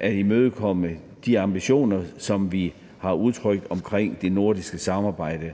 at imødekomme de ambitioner, som vi har udtrykt om det nordiske samarbejde.